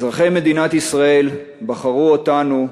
אזרחי מדינת ישראל בחרו אותנו,